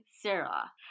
Sarah